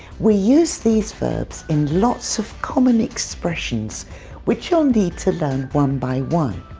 we use these verbs in lots of common expressions which you'll need to learn one by one.